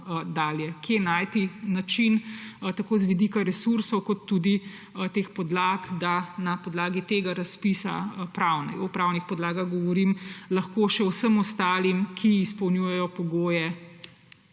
dalje, kje najti način tako z vidika resursov kot tudi teh podlag, da na podlagi tega razpisa, o pravnih podlagah govorim, lahko še vsem ostalim, ki izpolnjujejo pogoje,